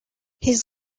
his